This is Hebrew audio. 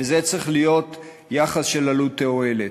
וזה צריך להיות יחס של עלות תועלת.